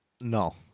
No